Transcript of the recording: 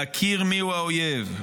להכיר מיהו האויב.